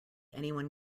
anyone